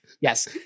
Yes